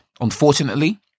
unfortunately